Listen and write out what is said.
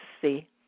see